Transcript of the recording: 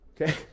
Okay